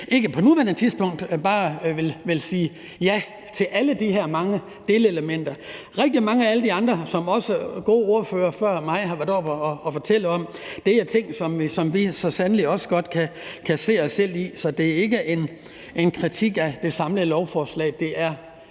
ikke på nuværende tidspunkt bare vil sige ja til alle de her mange delelementer. Rigtig meget af det, som alle de andre gode ordførere før mig har været oppe og fortælle om, er ting, som vi så sandelig også godt kan se os selv i. Så det er ikke en kritik af det samlede lovforslag. Det er